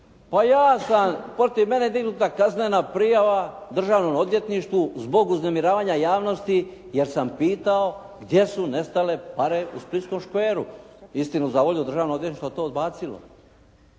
pa ja sam, protiv mene je dignuta kaznena prijava Državnom odvjetništvu zbog uznemiravanja javnosti jer sam pitao gdje su nestale pare u splitskom škveru? Istinu za volju Državno odvjetništvo je to odbacilo.